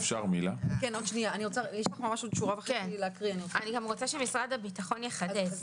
אני גם רוצה שמשרד הביטחון יחדד.